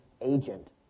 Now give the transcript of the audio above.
agent